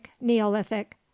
Neolithic